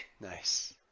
nice